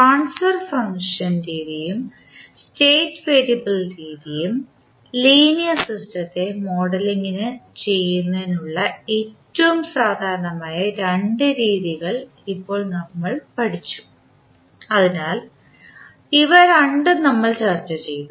transfer function രീതികളും state variable രീതിയും linear സിസ്റ്റത്തെ മോഡലിംഗ് ചെയ്യുന്നതിനുള്ള ഏറ്റവും സാധാരണമായ രണ്ട് രീതികൾ നമ്മൾ ഇപ്പോൾ പഠിച്ചു അതിനാൽ ഇവ രണ്ടും നമ്മൾ ചർച്ചചെയ്തു